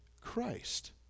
Christ